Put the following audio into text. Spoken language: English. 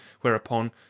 whereupon